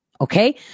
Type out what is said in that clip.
Okay